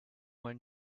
when